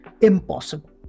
Impossible